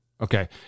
Okay